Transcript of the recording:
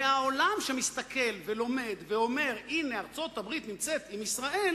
והעולם שמסתכל ולומד ואומר: אם ארצות-הברית נמצאת עם ישראל